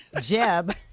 Jeb